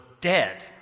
dead